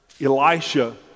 Elisha